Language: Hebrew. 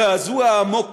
זעזוע עמוק